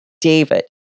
David